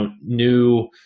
new